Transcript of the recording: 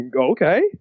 okay